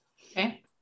Okay